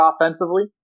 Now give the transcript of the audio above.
offensively